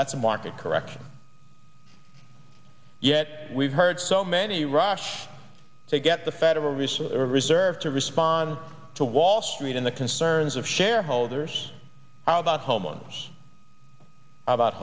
that's a market correction yet we've heard so many rush to get the federal reserve reserve to respond to wall street and the concerns of shareholders how about homeowners